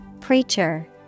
Preacher